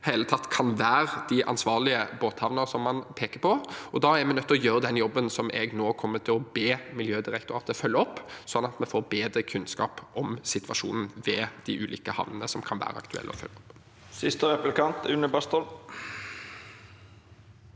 kan være de ansvarlige båthavner som man peker på. Da er vi nødt til å gjøre den jobben som jeg nå kommer til å be Miljødirektoratet følge opp, sånn at vi får bedre kunnskap om situasjonen ved de ulike havnene som kan være aktuelle å følge opp. Une Bastholm